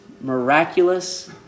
miraculous